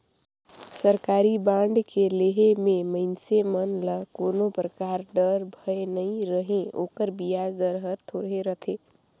सरकारी बांड के लेहे मे मइनसे मन ल कोनो परकार डर, भय नइ रहें ओकर बियाज दर हर थोरहे रथे